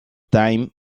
time